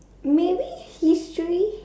maybe history